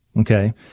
okay